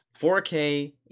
4K